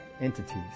entities